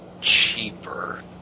cheaper